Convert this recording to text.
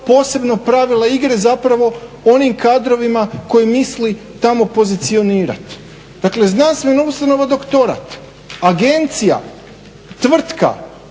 posebno pravila igre zapravo onim kadrovima koji misli tamo pozicionirati. Dakle, znanstvena ustanova je doktorat. Agencija, tvrtka,